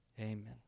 Amen